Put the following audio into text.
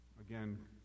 Again